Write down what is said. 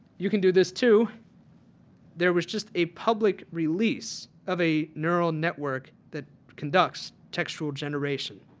you can do this too there was just a public release of a neural network that conducts textural generation.